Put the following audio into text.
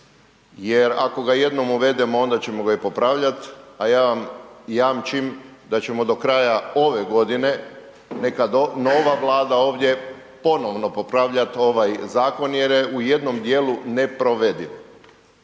jer ako ga jednom uvedemo onda ćemo ga i popravljat, a ja vam jamčim da ćemo do kraja ove godine neka nova vlada ovdje ponovo popravljat ovaj zakon jer je u jednom dijelu neprovediv.